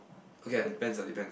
okay lah depends lah depends